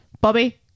bobby